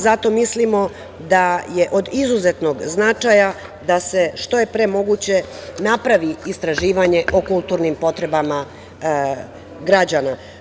Zato mislimo da je od izuzetnog značaja da se što je pre moguće napravi istraživanje o kulturnim potrebama građana.